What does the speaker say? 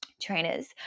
trainers